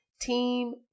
Team